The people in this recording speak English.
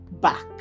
back